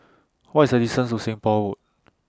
What IS The distance to Seng Poh Road